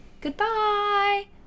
goodbye